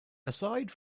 aside